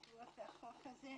בעקבות החוק הזה,